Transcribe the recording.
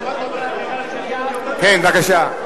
כן, בבקשה.